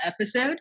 episode